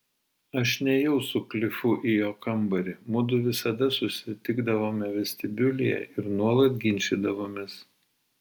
aš nėjau su klifu į jo kambarį mudu visada susitikdavome vestibiulyje ir nuolat ginčydavomės